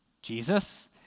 Jesus